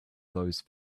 those